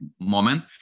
moment